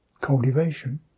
cultivation